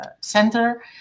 Center